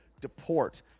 deport